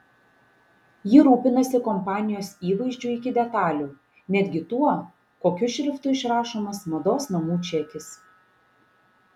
ji rūpinasi kompanijos įvaizdžiu iki detalių netgi tuo kokiu šriftu išrašomas mados namų čekis